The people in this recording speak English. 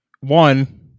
one